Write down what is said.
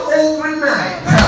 overnight